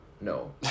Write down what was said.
no